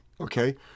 Okay